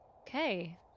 Okay